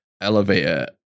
elevator